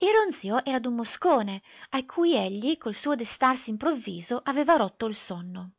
il ronzio era d'un moscone a cui egli col suo destarsi improvviso aveva rotto il sonno